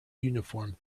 uniform